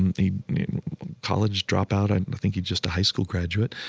and a college dropout. i think he's just a high school graduate,